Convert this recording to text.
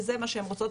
וזה מה שהן רוצות.